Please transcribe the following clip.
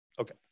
Okay